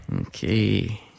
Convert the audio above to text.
Okay